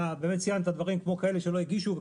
אתה ציינת דברים כמו כאלה שלא הגישו,